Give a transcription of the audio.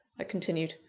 i continued.